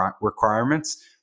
requirements